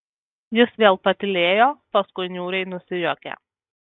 jis vėl patylėjo paskui niūriai nusijuokė